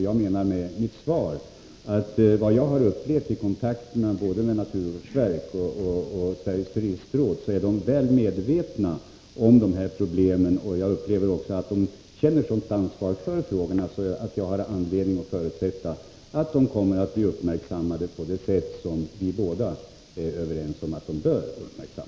Jag menar med mitt svar att efter vad jag har kunnat konstatera i kontakterna både med naturvårdsverket och med Sveriges turistråd är dessa väl medvetna om problemen, och de känner sådant ansvar för frågorna att jag har anledning att förutsätta att dessa kommer att bli uppmärksammade på det sätt vi båda finner vara önskvärt.